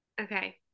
Okay